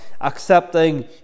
accepting